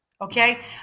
okay